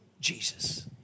Jesus